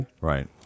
Right